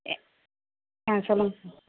எ ஆ சொல்லுங்கள் சார்